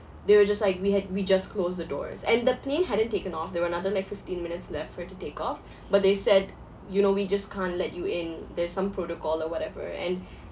they were just like we had we just closed the doors and the plane hadn't taken off there were another like fifteen minutes left for it to take off but they said you know we just can't let you in there's some protocol or whatever and